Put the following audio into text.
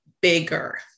bigger